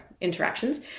interactions